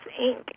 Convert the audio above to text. Inc